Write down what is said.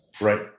right